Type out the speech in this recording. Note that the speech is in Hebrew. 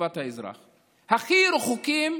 מטובת האזרח, הכי רחוקים